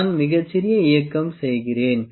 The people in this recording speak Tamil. நான் மிகச் சிறிய இயக்கம் செய்கிறேன்